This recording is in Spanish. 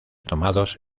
tomados